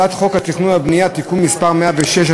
הצעת חוק התכנון והבנייה (תיקון מס' 106),